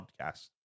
podcast